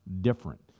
different